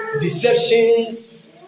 deceptions